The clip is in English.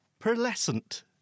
pearlescent